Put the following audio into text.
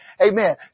Amen